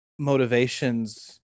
motivations